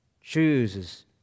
chooses